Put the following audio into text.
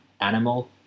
animal